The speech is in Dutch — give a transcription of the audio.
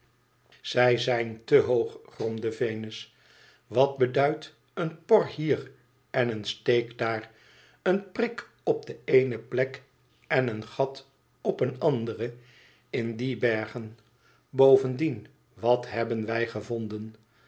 zij zijn te hoog gromde venus wat beduidt een por hier en een steek daar een prik op de eene plek en een gat op eene andere in die bergen bovendien wat hebben wij gevonden